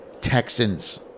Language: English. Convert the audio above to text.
Texans